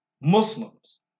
Muslims